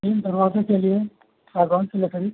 तीन दरवाजे़ के लिए सागौन की लकड़ी